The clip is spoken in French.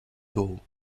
taureau